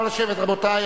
נא לשבת, רבותי.